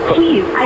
Please